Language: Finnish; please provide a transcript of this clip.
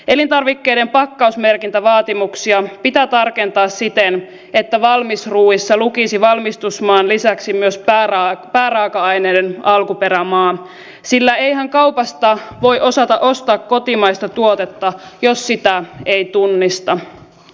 elintarvikkeiden pakkausmerkintävaatimuksia pitää tarkentaa siten että valmisruuissa lukisi valmistusmaan lisäksi myös pääraaka aineiden alkuperämaa sillä eihän kaupassa voi osata ostaa kotimaista tuotetta jos sitä ei tunnista